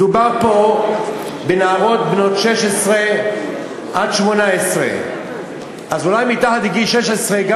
מדובר פה בנערות בנות 16 18. אז אולי מתחת לגיל 16 גם